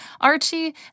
Archie